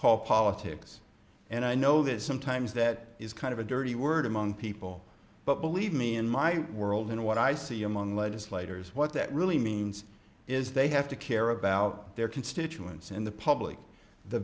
called politics and i know that sometimes that is kind of a dirty word among people but believe me in my world in what i see among legislators what that really means is they have to care about their constituents in the public the